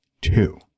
two